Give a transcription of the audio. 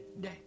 day